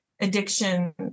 addiction